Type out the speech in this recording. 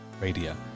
Radio